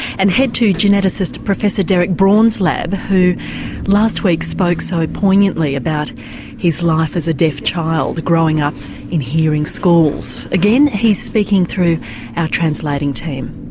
and head to geneticist professor derek braun's lab, who last week spoke so poignantly about his life as a deaf child, growing up in hearing schools. again, he's speaking through our translating team.